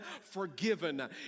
forgiven